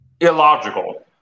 illogical